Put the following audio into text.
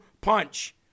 punch